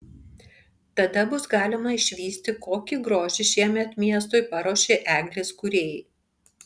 tada bus galima išvysti kokį grožį šiemet miestui paruošė eglės kūrėjai